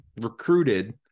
recruited